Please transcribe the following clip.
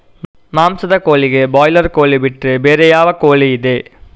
ಮಾಂಸದ ಕೋಳಿಗೆ ಬ್ರಾಲರ್ ಕೋಳಿ ಬಿಟ್ರೆ ಬೇರೆ ಯಾವ ಕೋಳಿಯಿದೆ?